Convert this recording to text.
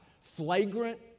Flagrant